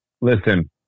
listen